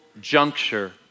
juncture